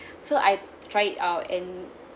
so I tried it out and